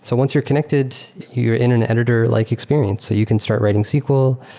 so once you're connected, you're in an editor-like experience. so you can start writing sql.